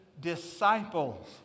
disciples